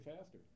faster